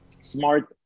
smart